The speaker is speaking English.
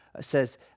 says